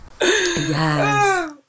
Yes